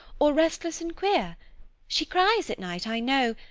or restless and queer she cries at night, i know,